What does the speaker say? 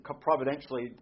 providentially